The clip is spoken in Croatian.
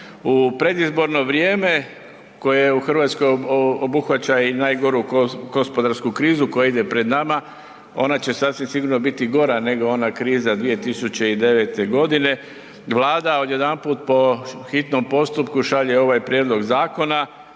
U predizborno vrijeme koje u Hrvatskoj obuhvaća i najgoru gospodarsku krizu koja ide pred nama, ona će sasvim sigurno biti gora nego ona kriza 2009. g., Vlada odjedanput po hitnom postupku šalje ovaj prijedlog zakona,